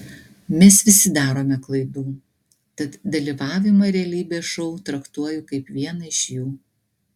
mes visi darome klaidų tad dalyvavimą realybės šou traktuoju kaip vieną iš jų